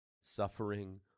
suffering